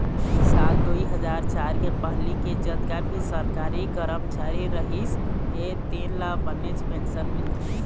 साल दुई हजार चार के पहिली के जतका भी सरकारी करमचारी रहिस हे तेन ल बनेच पेंशन मिलथे